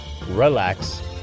relax